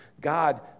God